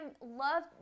love